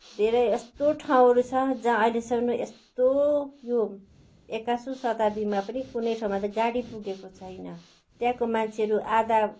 धेरै यस्तो ठाउँहरू छ जहाँ अहिलेसम्म पनि यस्तो यो एक्काइस सौ शताब्दीमा पनि कुनै ठाउँमा त गाडी पुगेको छैन त्यहाँको मान्छेहरू आधा